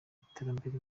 iterambere